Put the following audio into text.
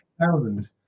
thousand